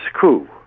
coup